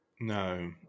No